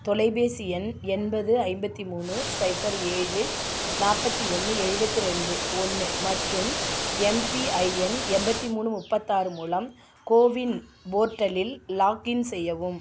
தொலைபேசி எண் எண்பது ஐம்பத்தி மூணு ஸைபர் ஏழு நாற்பத்தி ஒன்று எழுபத்தி ரெண்டு ஒன்று மற்றும் எம்பிஐஎன் எண்பத்தி மூணு முப்பத்தாறு மூலம் கோவின் போர்ட்டலில் லாக்இன் செய்யவும்